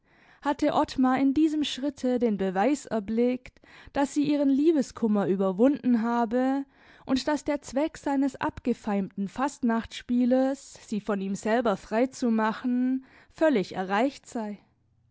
hatte ottmar in diesem schritte den beweis erblickt daß sie ihren liebeskummer überwunden habe und daß der zweck seines abgefeimten fastnachtsspieles sie von ihm selber frei zu machen völlig erreicht sei